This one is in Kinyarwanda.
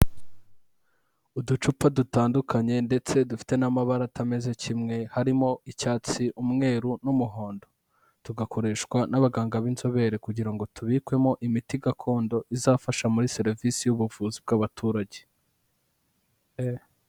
Uducupa dutandukanye ndetse dufite n'amabara atameze kimwe, harimo icyatsi, umweru n'umuhondo tugakoreshwa n'abaganga b'inzobere, kugira ngo tubikwemo imiti gakondo izafasha muri serivisi y'ubuvuzi bw'abaturage.